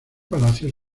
palacio